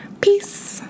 Peace